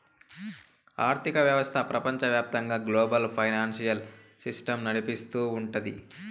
ఆర్థిక వ్యవస్థ ప్రపంచవ్యాప్తంగా గ్లోబల్ ఫైనాన్సియల్ సిస్టమ్ నడిపిస్తూ ఉంటది